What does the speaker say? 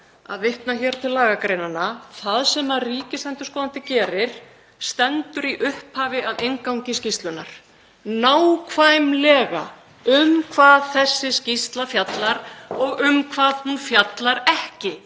að vitna hér til lagagreinanna. Það sem ríkisendurskoðandi gerir stendur í upphafi að inngangi skýrslunnar, nákvæmlega um hvað þessi skýrsla fjallar og um hvað hún fjallar ekki.